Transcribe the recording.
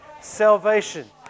salvation